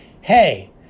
Hey